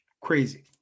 Crazy